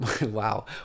wow